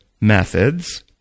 methods